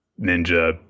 ninja